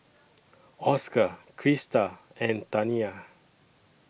Oscar Krista and Taniyah